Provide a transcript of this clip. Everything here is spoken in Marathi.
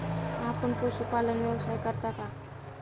आपण पशुपालन व्यवसाय करता का?